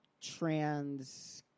trans